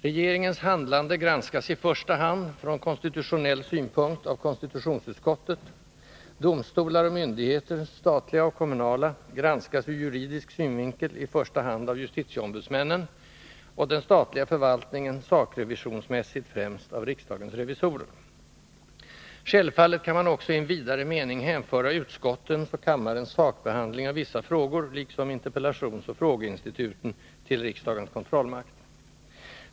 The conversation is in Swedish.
Regeringens handlande granskas i första hand, från konstitutionell synpunkt, av konstitutionsutskottet; domstolar och myndigheter, statliga och kommunala, granskas ur juridisk synvinkel i första hand av justitieombudsmännen, och den statliga förvaltningen sakrevisionsmässigt främst av riksdagens revisorer. Självfallet kan 5 man också i en vidare mening hänföra utskottens och kammarens sakbehandling av vissa frågor, liksom interpellationsoch frågeinstituten, till riksdagens kontrollmakt.